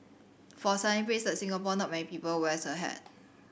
for a sunny place Singapore not many people wears a hat